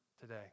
today